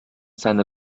seine